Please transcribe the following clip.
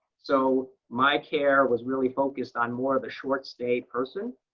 so my care was really focused on more of a short-stay person.